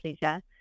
pleasure